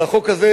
על החוק הזה